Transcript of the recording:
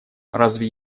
разве